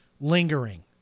lingering